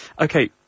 okay